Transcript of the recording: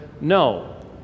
No